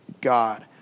God